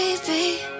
Baby